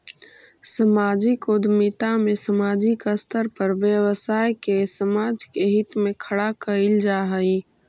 सामाजिक उद्यमिता में सामाजिक स्तर पर व्यवसाय के समाज के हित में खड़ा कईल जा हई